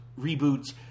reboots